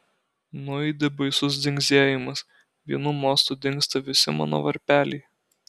nuaidi baisus dzingsėjimas vienu mostu dingsta visi mano varpeliai